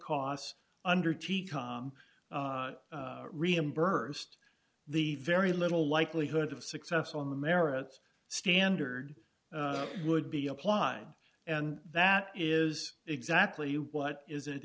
costs under tikkun reimbursed the very little likelihood of success on the merits standard would be applied and that is exactly what is it